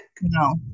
No